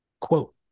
quote